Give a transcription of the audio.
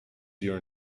your